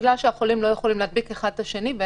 בגלל שהחולים לא יכולים להדביק אחד את השני,